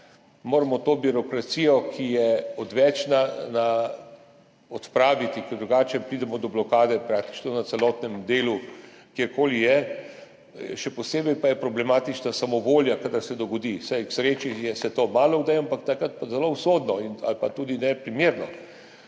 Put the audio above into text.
moramo to birokracijo, ki je odvečna, odpraviti, ker drugače pridemo do blokade praktično na celotnem delu, kjer koli. Še posebej pa je problematična samovolja, kadar se dogodi, saj se k sreči malokdaj, ampak takrat pa zelo usodno ali pa tudi neprimerno.